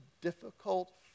difficult